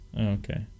Okay